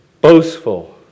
boastful